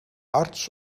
arts